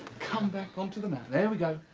come back onto the mat. there we go.